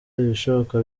ibishoboka